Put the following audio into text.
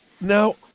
now